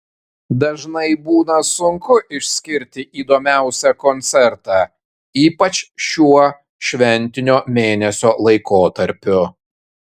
dažnai būna sunku išskirti įdomiausią koncertą ypač šiuo šventinio mėnesio laikotarpiu